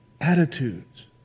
attitudes